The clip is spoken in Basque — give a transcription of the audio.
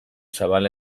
zabala